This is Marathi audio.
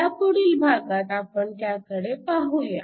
यापुढील भागात आपण त्याकडे पाहूया